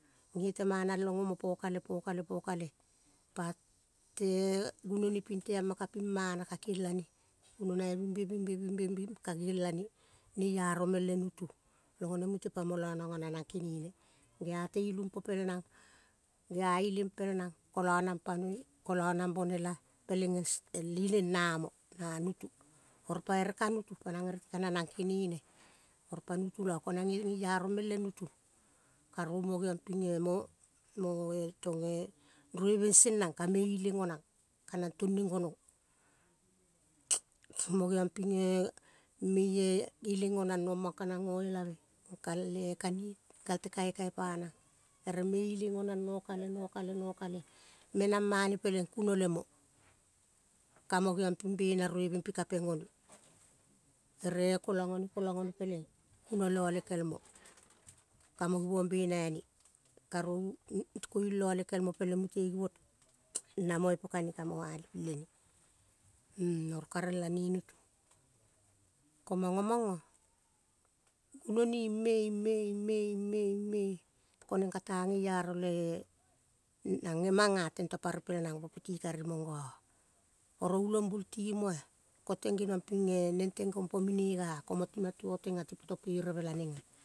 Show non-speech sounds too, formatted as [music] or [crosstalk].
Ge te mana long omo po kale, po kale, po kale [unintelligible] ginoni ping te amma ping mana keilane gunoi big be, big be, big be, kakeilane neiaro me le nutu mutu pa mo lo nang kenene, gea te ilu po pel nang gea ileng pel nang, kolo nang panoi, kolo nang bolena peleng el ileng namoh na nutu, oro pa ere ka nutu pa ere ti ka nanang kenene oro pa nutu lo ko nange giaro meng le nutu karovi mo geong ping eh moe tong eh rueveng sieng nang, ka me ileng onang, ka nang tueng neng gonong [noise] mo geong ping eh meie ileng onang ommong kanang go elave, gal eh kaniga gal te kaikai pa nang ere me ileng onang no kale, nokale, nokale menang ma ne peleng kuno le mo, ka mo bena rueveng pika peng one. Ere kolong one peleng, kuno le ele kel mo ka mo givong bena ane. Karu kuno le ole kel mote givong namo po kane ka mo aliving lene [unintelligible] oro ka relane nutu ko mango mango gunoni ing me, ing me, ing me, ing me, ing me ko neng kata geiaro le nang gemang ah. Tento pa repel nang an piti kari mongo oro ulombul timo, ah. Ko teng geniong ping eh neng teng gom pomine ga ah, ko moteng tipo pereve la neng ah.